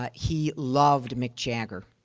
but he loved mick jagger.